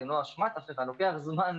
אני אנסה להתייחס לכל הדברים,